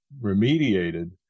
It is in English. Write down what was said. remediated